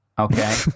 Okay